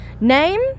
Name